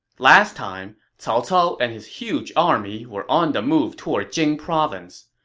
last time, cao cao and his huge army were on the move toward jing province.